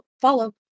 follow